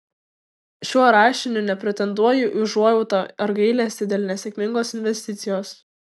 šiuo rašiniu nepretenduoju į užuojautą ar gailestį dėl nesėkmingos investicijos